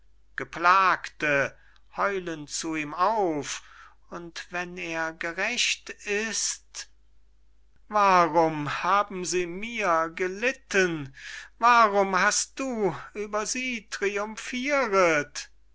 geplagte heulen zu ihm auf und wenn er gerecht ist warum haben sie gelitten warum hast du über sie triumphiret